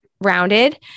rounded